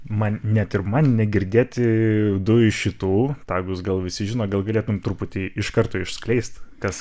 man net ir man negirdėti du iš šitų tagus gal visi žino gal galėtum truputį iš karto išskleist kas